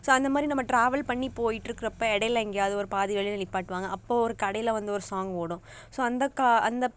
so அந்த மாதிரி நம்ம டிராவல் பண்ணி போயிட்ருக்கிறப்ப இடையில எங்கேயாது ஒரு பாதி வழியில் நிப்பாட்டுவாங்க அப்போது ஒரு கடையில் வந்து ஒரு சாங் ஓடும் ஸோ அந்த அந்த